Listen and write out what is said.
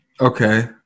Okay